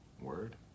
Word